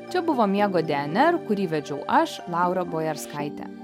čia buvo miego dnr kurį vedžiau aš laura bojarskaitė